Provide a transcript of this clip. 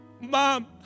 mom